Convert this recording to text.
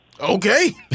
Okay